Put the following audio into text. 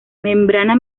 membrana